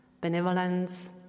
benevolence